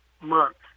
months